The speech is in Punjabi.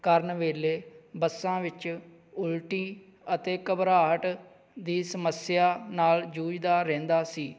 ਕਰਨ ਵੇਲੇ ਬੱਸਾਂ ਵਿੱਚ ਉਲਟੀ ਅਤੇ ਘਬਰਾਹਟ ਦੀ ਸਮੱਸਿਆ ਨਾਲ ਜੂਝਦਾ ਰਹਿੰਦਾ ਸੀ